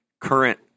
current